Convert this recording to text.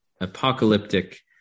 apocalyptic